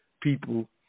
people